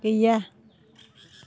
गैया